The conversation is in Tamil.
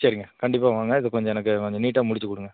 சரிங்க கண்டிப்பாக வாங்க இது கொஞ்சம் எனக்கு கொஞ்சம் நீட்டாக முடித்து கொடுங்க